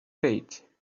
gate